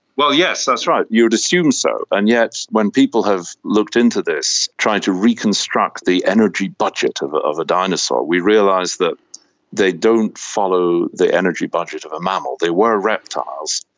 well yes, that's right, you'd assume so, and yet when people have looked into this, tried to reconstruct the energy budget of a of a dinosaur, we realise that they don't follow the energy budget of a mammal. they were reptiles,